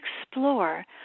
explore